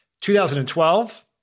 2012